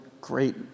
great